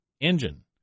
engine